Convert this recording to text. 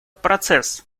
процесс